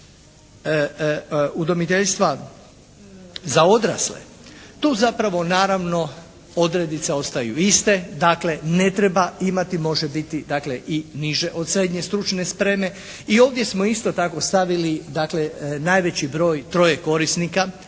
udomiteljstva za odrasle tu zapravo naravno odrednice ostaju iste. Dakle ne treba imati, može biti dakle i niže od srednje stručne spreme. I ovdje smo isto tako stavili dakle najveći broj troje korisnika.